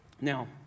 Now